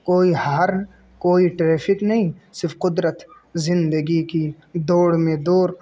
کوئی ہار کوئی ٹریفک نہیں صرف قدرت زندگی کی دوڑ میں دور